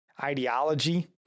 ideology